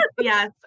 yes